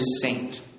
saint